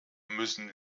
müssen